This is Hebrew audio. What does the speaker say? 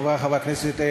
חברי חברי הכנסת,